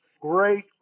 Great